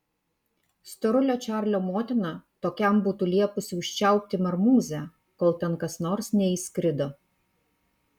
storulio čarlio motina tokiam būtų liepusi užčiaupti marmūzę kol ten kas nors neįskrido